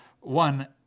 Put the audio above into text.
one